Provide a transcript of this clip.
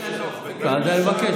ועובדי הכנסת סובלים.